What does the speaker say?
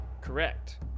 Correct